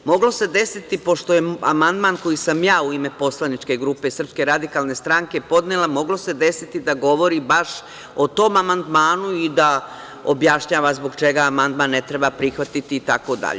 Moglo se desiti, pošto je amandman koji sam ja u ime poslaničke grupe SRS podnela, moglo se desiti da govori baš o tom amandmanu i da objašnjava zbog čega amandman ne treba prihvatiti itd.